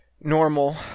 normal